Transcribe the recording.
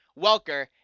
Welker